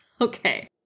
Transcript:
okay